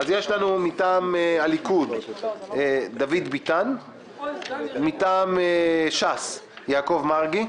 מטעם הליכוד דוד ביטן, מטעם ש"ס יעקב מרגי,